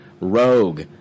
Rogue